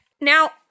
Now